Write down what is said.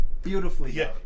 Beautifully